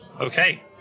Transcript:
Okay